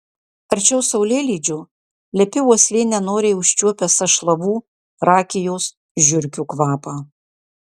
arčiau saulėlydžio lepi uoslė nenoriai užčiuopia sąšlavų rakijos žiurkių kvapą